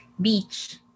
beach